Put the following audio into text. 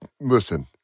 Listen